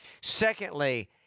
Secondly